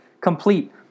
complete